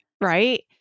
right